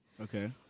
Okay